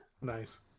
Nice